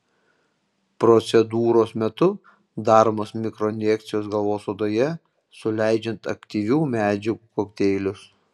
procedūros metu daromos mikroinjekcijos galvos odoje suleidžiant aktyvių medžiagų kokteilius